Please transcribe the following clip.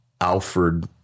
Alfred